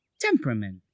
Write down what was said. temperament